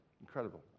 Incredible